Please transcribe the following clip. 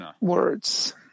words